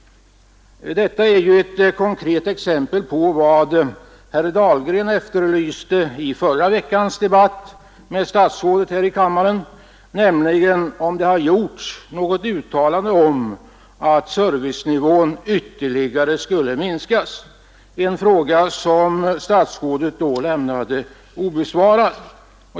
Detta är ett konkret exempel på vad herr Dahlgren efterlyste i förra veckans debatt med statsrådet här i kammaren, då han fråga om det gjorts något uttalande om att servicenivån ytterligare skulle minskas, en fråga som statsrådet då lämnade obesvarad.